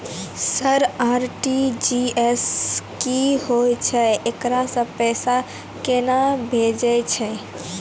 Sir RTGS की होय छै, एकरा से पैसा केना भेजै छै?